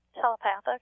telepathic